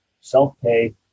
self-pay